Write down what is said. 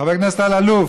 חבר הכנסת אלאלוף,